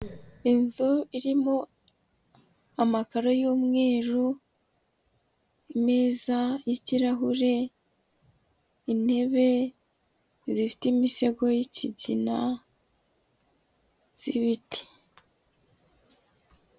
Inzu irimo amakaro y'umweru, imeza y'ikirahure, intebe zifite imisego y'ikigina z'ibiti.